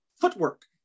footwork